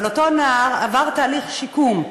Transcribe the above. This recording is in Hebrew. אבל אותו נער עבר תהליך שיקום,